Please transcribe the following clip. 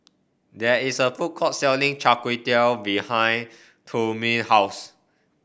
there is a food court selling Chai Tow Kway behind Trumaine house